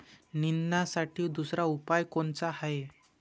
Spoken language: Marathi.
निंदनासाठी दुसरा उपाव कोनचा हाये?